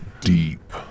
Deep